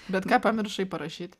bet ką pamiršai parašyt